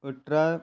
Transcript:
अठरा